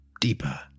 deeper